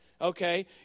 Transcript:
okay